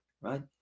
right